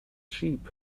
sheep